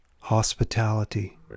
hospitality